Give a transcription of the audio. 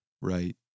Right